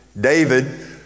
David